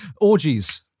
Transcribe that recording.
orgies